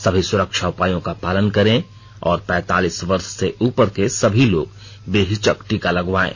सभी सुरक्षा उपायों का पालन करें और पैंतालीस वर्ष से उपर के सभी लोग बेहिचक टीका लगवायें